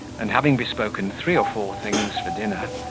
and having bespoken three or four things for dinner,